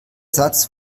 satz